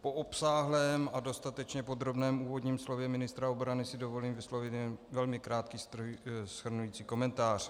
Po obsáhlém a dostatečně podrobném úvodním slově ministra obrany si dovolím vyslovit jen velmi krátký shrnující komentář.